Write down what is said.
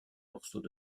morceaux